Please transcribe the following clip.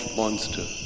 monster